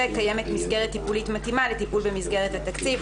(2)קיימת מסגרת טיפולית מתאימה לטיפול במסגרת התקציב.